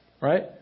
Right